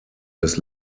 des